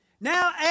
Now